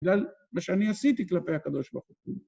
בגלל מה שאני עשיתי כלפי הקדוש ברוך הוא.